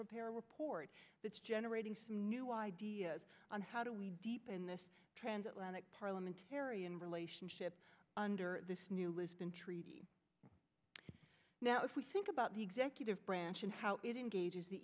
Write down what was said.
prepare a report that's generating some new ideas on how do we deepen this trans atlantic parliamentarian relationship under this new lisbon treaty now if we think about the executive branch and how it engages the